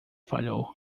falhou